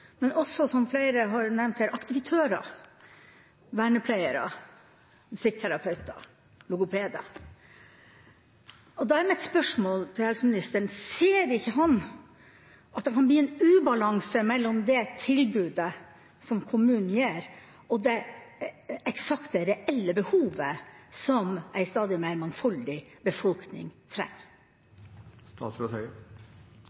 men også, som flere har nevnt her, aktivitører, vernepleiere, musikkterapeuter, logopeder. Da er mitt spørsmål til helseministeren: Ser han ikke at det kan bli en ubalanse mellom det tilbudet kommunen gir, og det eksakte, reelle behovet som en stadig mer mangfoldig befolkning